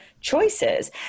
choices